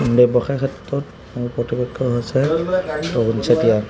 ব্যৱসায় ক্ষেত্ৰত মোৰ প্ৰতিপক্ষ হৈছে তৰুণ চেতিয়া